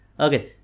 Okay